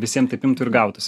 visiem taip imtų ir gautųs